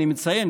אני מציין,